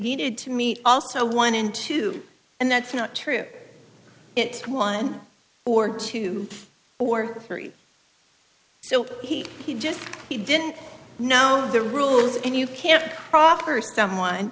needed to meet also one in two and that's not true it's one or two or three so he he just he didn't know the rules and you can't proper someone